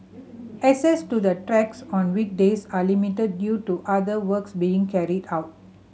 access to the tracks on weekdays are limited due to other works being carried out